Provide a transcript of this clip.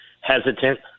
hesitant